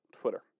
Twitter